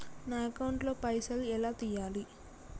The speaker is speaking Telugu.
నా అకౌంట్ ల పైసల్ ఎలా తీయాలి?